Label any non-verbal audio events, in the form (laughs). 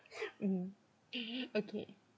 (laughs) mm (laughs) okay